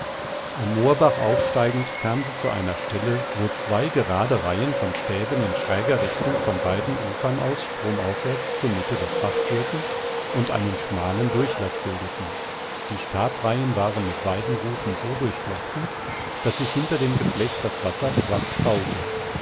am moorbach aufsteigend kam sie zu einer stelle wo zwei gerade reihen von stäben in schräger richtung von beiden ufern aus stromaufwärts zur mitte des baches führten und einen schmalen durchlaß bildeten die stabreihen waren mit weidenruten so durchflochten daß sich hinter dem geflecht das wasser schwach staute